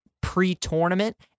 pre-tournament